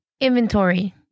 inventory